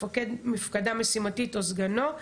מפקד מפקדה משימתית או סגנו,